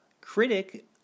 Critic